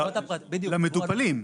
זה למטופלים.